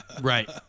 Right